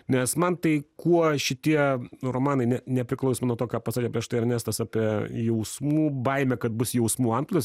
nes man tai kuo šitie nu romanai ne nepriklausomai nuo to ką pasakė prieš tai ernestas apie jausmų baimę kad bus jausmų antplūdis